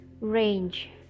range